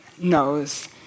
knows